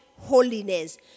holiness